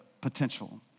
potential